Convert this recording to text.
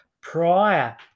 prior